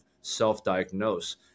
self-diagnose